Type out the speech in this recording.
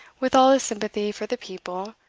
with all his sympathy for the people,